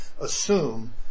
Assume